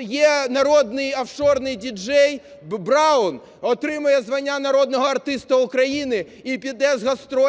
є "народний офшорний діджей Браун", отримує звання народного артиста України і піде з гастролями